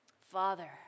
Father